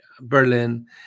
Berlin